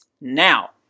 Now